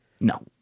No